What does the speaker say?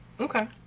Okay